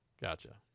Gotcha